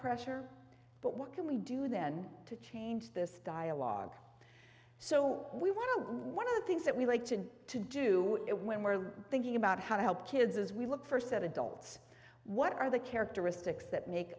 pressure but what can we do then to change this dialogue so we want to one of the things that we like to do it when we're thinking about how to help kids as we look first at adults what are the characteristics that make